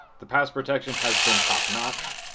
the pass protection has been top notch,